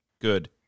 Good